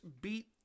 beat